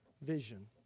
vision